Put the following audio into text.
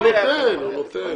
הוא נותן.